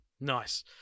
nice